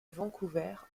vancouver